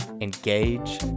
engage